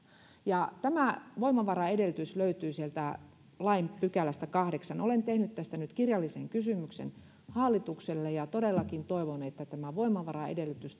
tämä voimavaraedellytys löytyy sieltä lain pykälästä kahdeksannen olen tehnyt tästä nyt kirjallisen kysymyksen hallitukselle ja todellakin toivon että tämä voimavaraedellytys